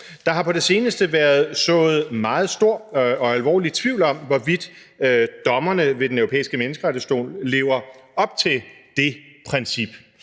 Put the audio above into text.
Der har på det seneste været sået meget stor og alvorlig tvivl om, hvorvidt dommerne ved Den Europæiske Menneskerettighedsdomstol lever op til det princip.